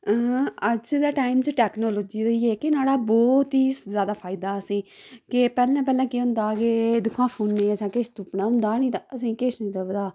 अं अज्ज दे time technology दा ई ऐ कि न्हाड़ा बोहत जैदा फायदा असेंगी के पैह्लें पैह्ले होंदा के दिक्खो हां फोनै च किश तुप्पना होंदा हा तां असेंगी किश निं लभदा हा